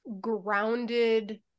grounded